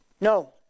No